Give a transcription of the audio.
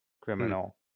criminal